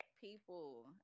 people